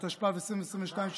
התשפ"ב 2022,